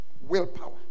Willpower